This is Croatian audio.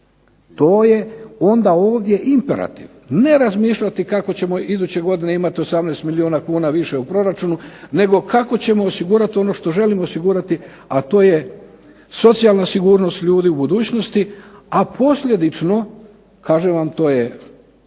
To je onda ovdje imperativ. Ne razmišljati kako ćemo iduće godine imati 18 milijuna kuna više u proračunu nego kako ćemo osigurati ono što želimo osigurati, a to je socijalna sigurnost ljudi u budućnosti, a posljedično kažem vam to je